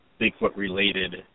Bigfoot-related